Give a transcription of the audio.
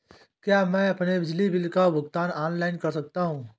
क्या मैं अपने बिजली बिल का भुगतान ऑनलाइन कर सकता हूँ?